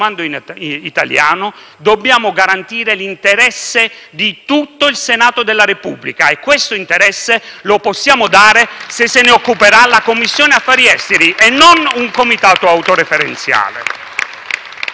consumando italiano, dobbiamo garantire l'interesse di tutto il Senato della Repubblica e questo interesse lo possiamo suscitare se ad occuparsene sarà la Commissione affari esteri, emigrazione e non un Comitato autoreferenziale.